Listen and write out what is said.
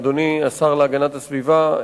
אדוני השר להגנת הסביבה,